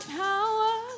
power